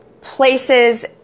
places